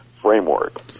framework